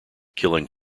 killing